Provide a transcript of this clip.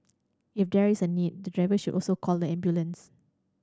if there is a need the driver should also call the ambulance